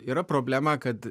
yra problema kad